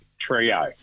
Trio